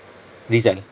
rizal